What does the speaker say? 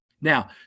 Now